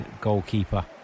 goalkeeper